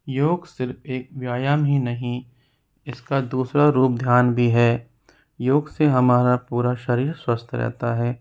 योग सिर्फ एक व्यायाम ही नहीं इसका दूसरा रूप ध्यान भी है योग से हमारा पूरा शरीर स्वस्थ रहता है